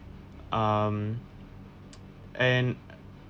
um and